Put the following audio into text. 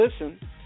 listen